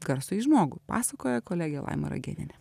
garsųjį žmogų pasakoja kolegė laima ragėnienė